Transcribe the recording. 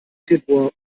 februar